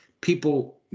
People